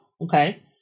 okay